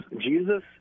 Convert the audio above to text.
Jesus